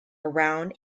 around